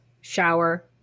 Shower